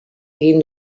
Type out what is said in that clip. egin